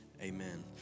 amen